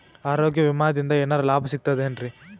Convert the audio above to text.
ಆರೋಗ್ಯ ವಿಮಾದಿಂದ ಏನರ್ ಲಾಭ ಸಿಗತದೇನ್ರಿ?